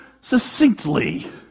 succinctly